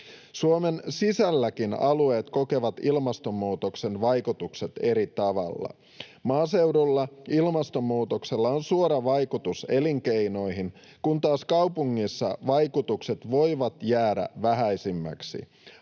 Suomen sisälläkin alueet kokevat ilmastonmuutoksen vaikutukset eri tavalla. Maaseudulla ilmastonmuutoksella on suora vaikutus elinkeinoihin, kun taas kaupungeissa vaikutukset voivat jäädä vähäisemmiksi.